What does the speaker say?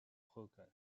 hookahs